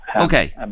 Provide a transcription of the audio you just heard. Okay